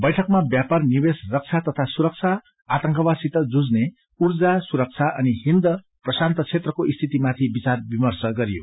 बैठकमा व्यापार निवेश रक्षा तथा सुरक्षा आतंकवादसित जुझ्ने ऊर्जा सुरक्षा अनि हिन्द प्रशान्त क्षेत्रको स्थितिमाथि विचार विर्मश गरियो